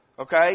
Okay